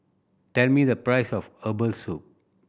tell me the price of herbal soup